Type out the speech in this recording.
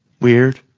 weird